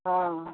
हँ